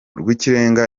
rw’ikirenga